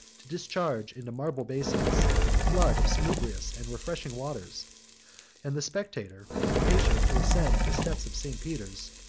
to discharge into marble basins a flood of salubrious and refreshing waters and the spectator, impatient to ascend the steps of st. peter's,